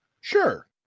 sure